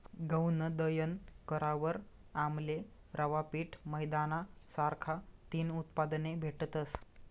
गऊनं दयन करावर आमले रवा, पीठ, मैदाना सारखा तीन उत्पादने भेटतस